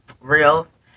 reels